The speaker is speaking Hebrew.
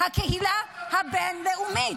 הקהילה הבין-לאומית.